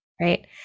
right